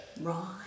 right